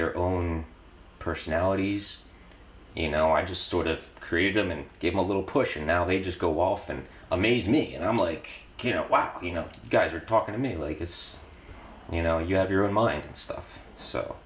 their own personalities you know i just sort of create them and give a little push and now they just go off and amaze me and i'm like wow you know you guys are talking to me like it's you know you have your own mind and stuff so